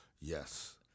Yes